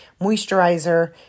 moisturizer